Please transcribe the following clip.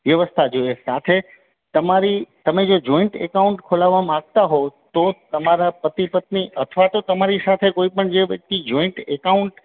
વ્યવસ્થા જોઈએ સાથે તમારી તમે જે જોઈન્ટ એકાઉન્ટ ખોલાવવા માગતા હોવ તો તમારા પતિ પત્ની અથવા તો તમારી સાથે કોઈપણ જે વ્યક્તિ જોઇન્ટ એકાઉન્ટ